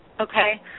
Okay